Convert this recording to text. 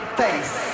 face